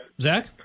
Zach